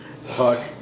Fuck